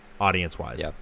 audience-wise